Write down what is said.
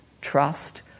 trust